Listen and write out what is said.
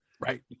Right